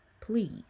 Please